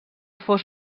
fos